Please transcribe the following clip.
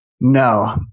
no